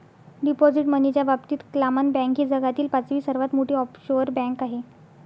deposit मनीच्या बाबतीत क्लामन बँक ही जगातील पाचवी सर्वात मोठी ऑफशोअर बँक आहे